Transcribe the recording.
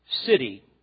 city